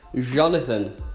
Jonathan